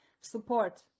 support